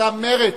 מצע מרצ,